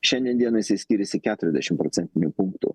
šiandien dienai jisai skiriasi keturiasdešimt procentinių punktų